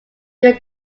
can